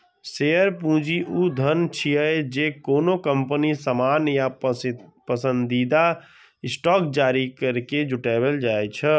share पूंजी ऊ धन छियै, जे कोनो कंपनी सामान्य या पसंदीदा स्टॉक जारी करैके जुटबै छै